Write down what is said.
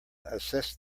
assessed